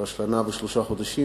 שנה ושלושה חודשים,